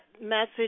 message